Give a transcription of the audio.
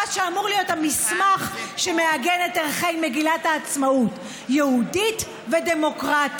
מה שאמור להיות המסמך שמעגן את ערכי מגילת העצמאות: יהודית ודמוקרטית,